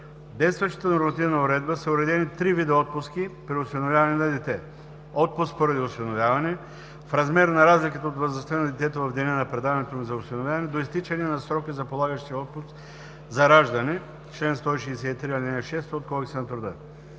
действащата нормативна уредба са уредени три вида отпуски при осиновяване на дете: отпуск поради осиновяване в размер на разликата от възрастта на детето в деня на предаването му за осиновяване до изтичане на срока за полагащия се отпуск за раждане – чл. 163, ал. 6 от Кодекса на труда,